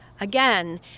again